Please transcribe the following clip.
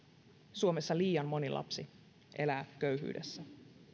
suomessa liian moni lapsi elää köyhyydessä